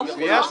לא מוצה.